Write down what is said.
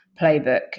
playbook